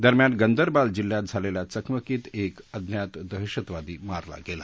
दरम्यान गंदरबाल जिल्ह्यात झालखिा चकमकीत एक अज्ञात दहशतवादी मारला गली